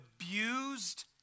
abused